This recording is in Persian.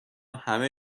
همه